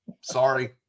sorry